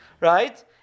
Right